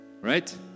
Right